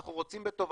אנחנו רוצים בטובתם,